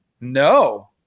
No